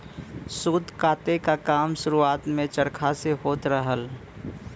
सूत काते क काम शुरुआत में चरखा से होत रहल